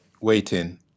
waiting